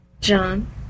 John